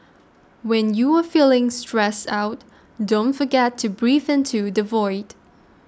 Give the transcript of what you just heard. when you are feeling stressed out don't forget to breathe into the void